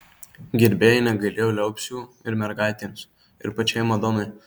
gerbėjai negailėjo liaupsių ir mergaitėms ir pačiai madonai